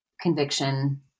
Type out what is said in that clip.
conviction